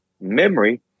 memory